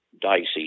dicey